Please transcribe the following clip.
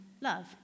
love